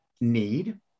need